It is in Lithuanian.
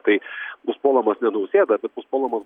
tai bus puolamas ne nausėda bet bus puolamas